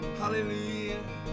hallelujah